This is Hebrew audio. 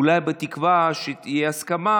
אולי בתקווה שתהיה הסכמה,